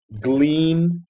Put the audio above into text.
glean